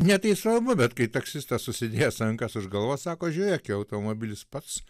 ne tai svarbu bet kai taksistas susidėjęs rankas už galvos sako žiūrėk jau automobilis pats